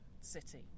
city